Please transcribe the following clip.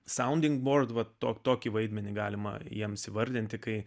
saunding bord tokį vaidmenį galima jiems įvardinti kai